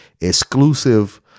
Exclusive